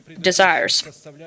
desires